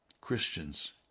Christians